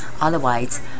Otherwise